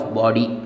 body